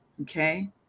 okay